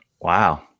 Wow